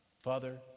Father